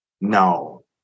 No